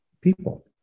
people